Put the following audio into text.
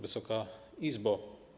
Wysoka Izbo!